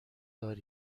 نیاز